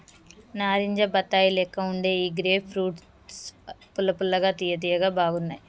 నారింజ బత్తాయి లెక్క వుండే ఈ గ్రేప్ ఫ్రూట్స్ పుల్ల పుల్లగా తియ్య తియ్యగా బాగున్నాయ్